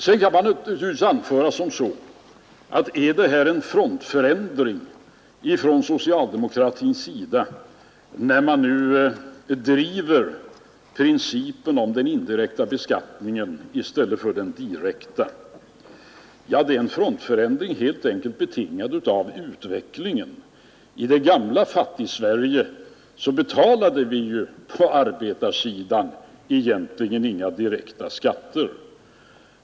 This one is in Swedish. Man kan naturligtvis ifrågasätta, om det är en frontförändring från socialdemokratins sida, när vi nu driver principen om den indirekta beskattningen i stället för den direkta. Ja, det är en frontförändring helt enkelt betingad av utvecklingen. I det gamla Fattigsverige betalade vi på arbetarsidan egentligen inga direkta skatter.